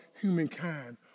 humankind